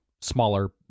smaller